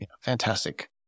fantastic